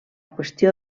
qüestió